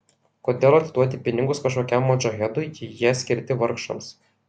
kodėl atiduodi pinigus kažkokiam modžahedui jei jie skirti vargšams